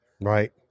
Right